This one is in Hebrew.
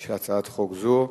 של הצעת חוק זו.